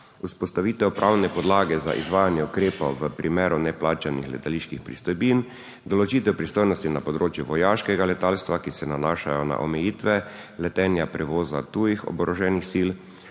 vzpostavitev pravne podlage za izvajanje ukrepov v primeru neplačanih letaliških pristojbin, določitev pristojnosti na področju vojaškega letalstva, ki se nanašajo na omejitve letenja, prevoza tujih oboroženih sil,